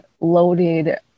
loaded